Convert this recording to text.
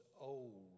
old